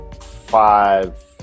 five